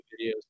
videos